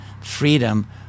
freedom